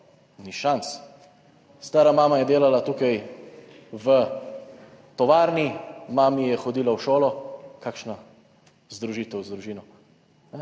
Ni šans. Stara mama je delala tukaj v tovarni, mami je hodila v šolo, kakšna združitev z družino.